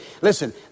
Listen